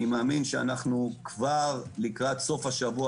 אני מאמין שאנחנו כבר לקראת סוף השבוע